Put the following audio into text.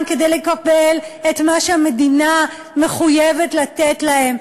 כדי לקבל את מה שהמדינה מחויבת לתת להם,